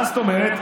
מה זאת אומרת?